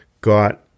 got